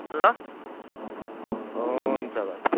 ल हुन्छ भाइ